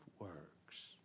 works